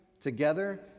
together